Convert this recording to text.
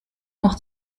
noch